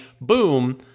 boom